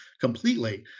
completely